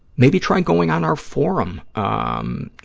maybe try going on our forum, um